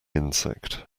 insect